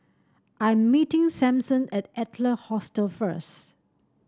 I'm meeting Sampson at Adler Hostel first